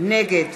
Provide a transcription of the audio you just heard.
נגד